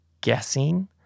guessing